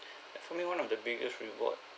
uh for me one of the biggest reward